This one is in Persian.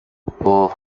اوه